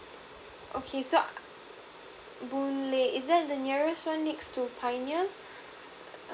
okay so boon lay is that the nearest one next to pioneer